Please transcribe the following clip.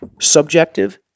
subjective